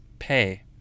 Pay